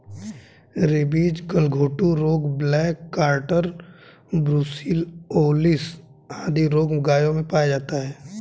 rabies, गलघोंटू रोग, black quarter, brucellosis आदि रोग गायों में पाया जाता है